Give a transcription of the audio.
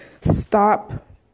stop